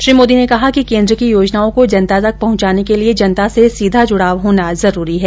श्री मोदी ने कहा कि केन्द्र की योजनाओं को जनता तक पहुंचाने के लिये जनता से सीधा जुडाव होना जरूरी है